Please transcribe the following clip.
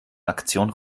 aktion